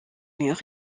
murs